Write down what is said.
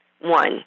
One